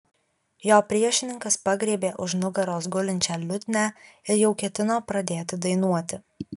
jo priešininkas pagriebė už nugaros gulinčią liutnią ir jau ketino pradėti dainuoti